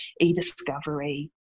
e-discovery